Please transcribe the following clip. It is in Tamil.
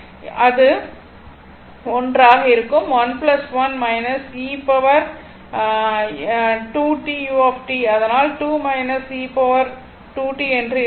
அது 1 ஆக இருக்கும் அதனால்என்று எழுதலாம்